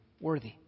worthy